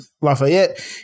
Lafayette